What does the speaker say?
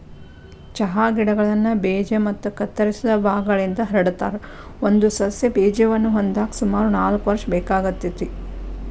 ಚಹಾ ಗಿಡಗಳನ್ನ ಬೇಜ ಮತ್ತ ಕತ್ತರಿಸಿದ ಭಾಗಗಳಿಂದ ಹರಡತಾರ, ಒಂದು ಸಸ್ಯ ಬೇಜವನ್ನ ಹೊಂದಾಕ ಸುಮಾರು ನಾಲ್ಕ್ ವರ್ಷ ಬೇಕಾಗತೇತಿ